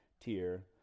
tier